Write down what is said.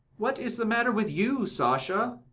what is the matter with you, sasha?